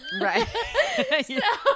Right